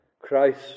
Christ